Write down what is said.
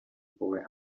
boy